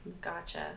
Gotcha